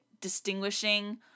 distinguishing